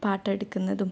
പാട്ടമെടുക്കുന്നതും